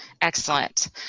Excellent